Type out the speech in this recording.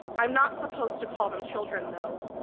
i'm not supposed to call them children, though,